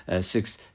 six